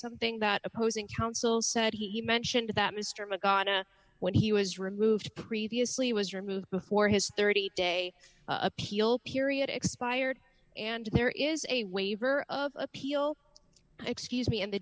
something that opposing counsel said he mentioned that mr mcgaha when he was removed previously was removed before his thirty day appeal period expired and there is a waiver of appeal excuse me and the